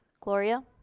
gloria?